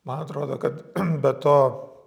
man atrodo kad be to